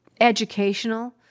educational